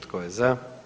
Tko je za?